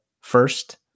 first